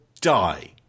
die